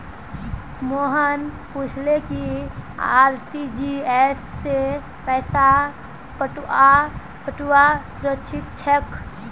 मोहन पूछले कि आर.टी.जी.एस स पैसा पठऔव्वा सुरक्षित छेक